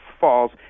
falls